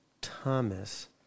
Thomas